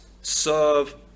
serve